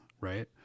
right